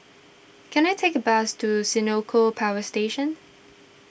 can I take a bus to Senoko Power Station